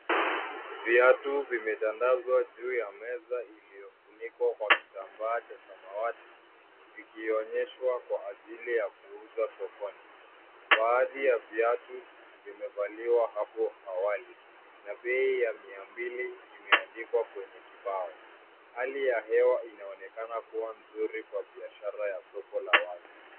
Viatu vimetandazwa juu ya meza iliyofunikwa kwa kitambaa cha samawati vikionyeshwa kwa ajili ya kuuza sokoni. Baadhi ya viatu vimevaliwa hapo awali na bei ya mia mbili imeadikwa kwenye kibao. Hali ya hewa inaonekana kuwa nzuri kwa biashara ya soko la wazi.